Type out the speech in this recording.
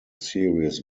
series